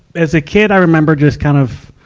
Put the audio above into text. as a kid, i remember just kind of,